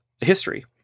history